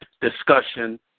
discussion